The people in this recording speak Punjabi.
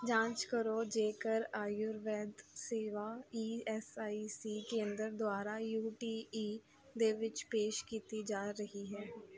ਜਾਂਚ ਕਰੋ ਜੇਕਰ ਆਯੁਰਵੇਦ ਸੇਵਾ ਈ ਐੱਸ ਆਈ ਸੀ ਕੇਂਦਰ ਦੁਆਰਾ ਯੂ ਟੀ ਈ ਦੇ ਵਿੱਚ ਪੇਸ਼ ਕੀਤੀ ਜਾ ਰਹੀ ਹੈ